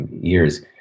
years